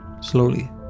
slowly